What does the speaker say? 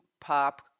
pop